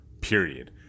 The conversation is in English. period